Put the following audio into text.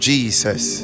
Jesus